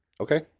Okay